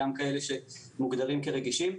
גם כאלה שמוגדרים כרגישים.